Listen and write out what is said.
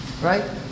right